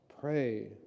Pray